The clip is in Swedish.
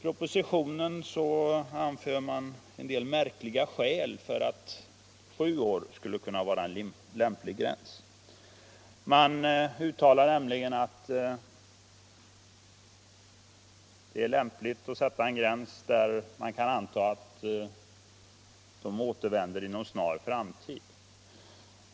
I propositionen anförs en del märkliga skäl för att sju år skulle kunna vara en bra gräns. Man uttalar nämligen att det är lämpligt att sätta en gräns där man kan anta att människor återvänder inom snar framtid.